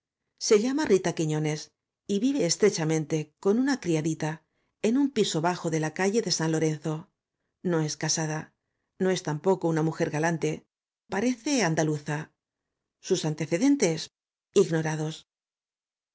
se llama rita quiñones y vive estrechamente con una criadita en un piso bajo de la calle de san lorenzo no es casada no es tampoco una mujer galante parece andaluza sus antecedentes ignorados